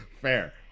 Fair